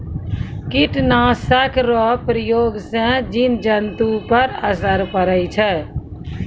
कीट नाशक रो प्रयोग से जिव जन्तु पर असर पड़ै छै